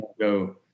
go